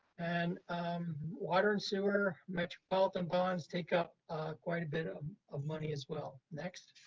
and water and sewer, metropolitan bonds take up quite a bit um of money as well. next.